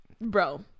Bro